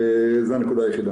תודה.